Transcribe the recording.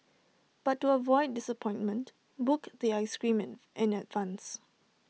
but to avoid disappointment book the Ice Cream in in advance